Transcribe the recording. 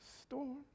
storm